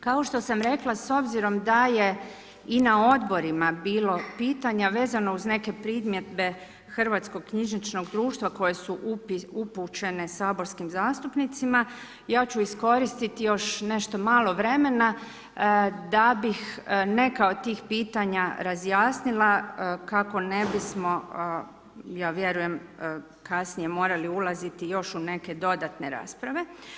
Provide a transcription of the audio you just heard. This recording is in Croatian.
Kao što sam rekla s obzirom da je i na odborima bilo pitanja vezano uz neke primjedbe Hrvatskog knjižničkog društva koje su bile upućene saborskim zastupnicima, ja ću iskoristiti još nešto malo vremena da bih neka od tih pitanja razjasnila kako ne bismo, ja vjerujem kasnije morali ulaziti još u neke dodatne rasprave.